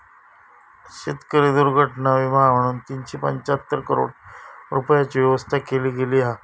शेतकरी दुर्घटना विमा म्हणून तीनशे पंचाहत्तर करोड रूपयांची व्यवस्था केली गेली हा